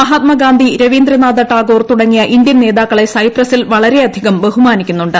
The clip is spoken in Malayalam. മഹാത്മ ഗാന്ധി രവീന്ദ്രനാഥ ടാഗോർ തുടങ്ങിയ ഇന്ത്യൻ നേതാക്കളെ സൈപ്രസിൽ വളരെയധികം ബഹുമാന്ദിക്കുന്നുണ്ട്